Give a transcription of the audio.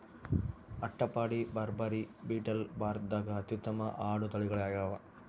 ಅಟ್ಟಪಾಡಿ, ಬಾರ್ಬರಿ, ಬೀಟಲ್ ಭಾರತದಾಗ ಅತ್ಯುತ್ತಮ ಆಡು ತಳಿಗಳಾಗ್ಯಾವ